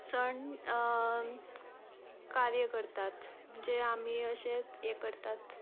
सण कार्य करतात म्हणजे आमी अशेंच हें करतात